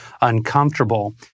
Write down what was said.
uncomfortable